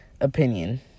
opinion